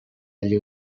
agli